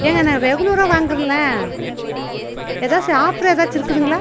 ஏங்க நான் ரெகுலராக வாங்குகிறேன்ல ஏதாச்சும் ஆஃபர் ஏதாச்சும் இருக்குதுங்களா